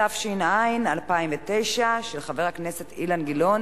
התש"ע 2009, של חברי הכנסת אילן גילאון